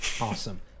Awesome